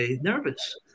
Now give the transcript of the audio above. nervous